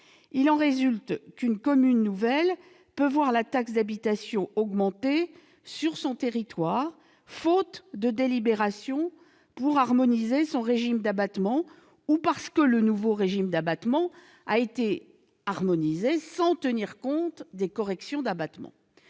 Il en résulte qu'une commune nouvelle peut voir la taxe d'habitation augmenter sur son territoire, faute de délibération pour harmoniser son régime d'abattement ou parce que le nouveau régime d'abattement a été harmonisé sans tenir compte des corrections d'abattement.